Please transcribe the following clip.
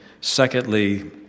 secondly